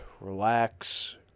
relax